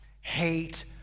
Hate